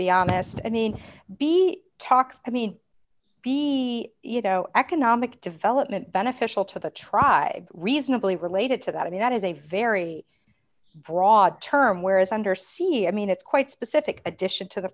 be honest i mean being talked i mean be you know economic development beneficial to the tribe reasonably related to that i mean that is a very broad term whereas under sea i mean it's quite specific addition to the